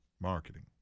Marketing